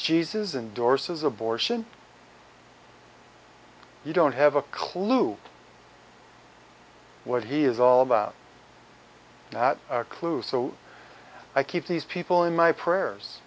jesus endorsers abortion you don't have a clue what he is all about not a clue so i keep these people in my prayers